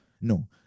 no